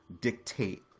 dictate